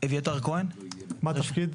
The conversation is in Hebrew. מה התפקיד?